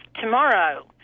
tomorrow